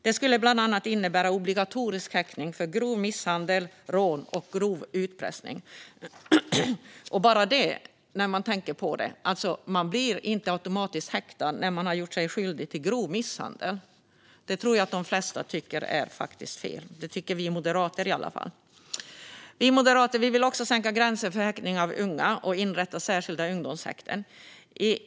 Detta skulle bland annat innebära obligatorisk häktning för grov misshandel, rån och grov utpressning. Man blir inte automatiskt häktad när man har gjort sig skyldig till grov misshandel. Det tror jag de flesta tycker är fel. I alla fall vi moderater tycker att det är fel. Vi moderater vill också sänka gränsen för häktning av unga och inrätta särskilda ungdomshäkten.